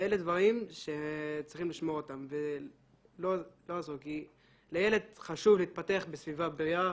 ואלה דברים שצריכים לשמוע אותם- -- כי לילד חשוב להתפתח בסביבה בריאה